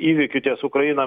įvykių ties ukraina